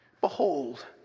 Behold